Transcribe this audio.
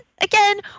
again